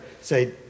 Say